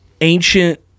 ancient